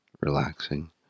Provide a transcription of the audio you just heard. relaxing